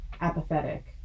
apathetic